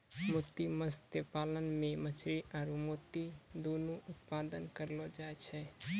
मोती मत्स्य पालन मे मछली आरु मोती दुनु उत्पादन करलो जाय छै